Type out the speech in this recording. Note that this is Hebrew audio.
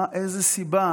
איזו סיבה